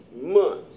months